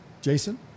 Jason